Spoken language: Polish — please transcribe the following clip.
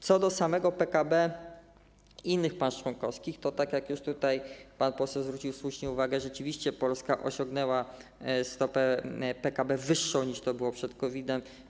Co do samego PKB innych państw członkowskich, to tak jak już tutaj pan poseł zwrócił słusznie uwagę, rzeczywiście Polska osiągnęła stopę PKB wyższą, niż to było przed COVID-em.